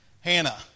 Hannah